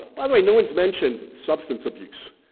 by the way, no one's mentioned substance abuse.